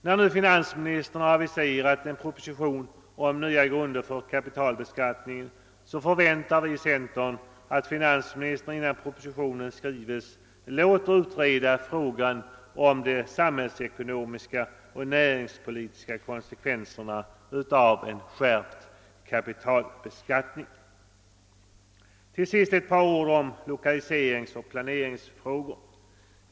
När nu finansministern aviserat en proposition om nya grunder för kapitalbeskattningen, förväntar vi inom centern att finansministern innan propositionen skrivs låter utreda frågan om de samhällsekonomiska och näringspolitiska konsekvenserna av en skärpt kapitalbeskattning. Till sist ett par ord om lokaliseringsoch planeringsfrågor!